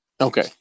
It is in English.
Okay